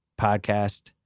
Podcast